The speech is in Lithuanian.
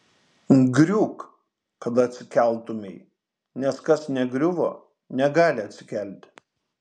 griūk kad atsikeltumei nes kas negriuvo negali atsikelti